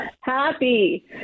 happy